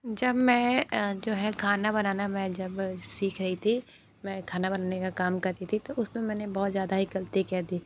जब मैं जो है खाना बनाना मैं जब सीख रही थी मैं खाना बनाने का काम कर रई थी तो उस में मैंने बहउत ज़्यादा एक गग़लती कर दी